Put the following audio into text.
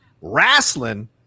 wrestling